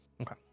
Okay